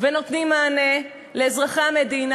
ונותנים מענה לאזרחי המדינה,